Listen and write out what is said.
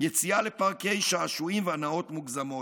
יציאה לפארקי שעשועים והנאות מוגזמות".